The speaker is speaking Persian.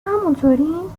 همونطوریم